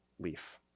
leaf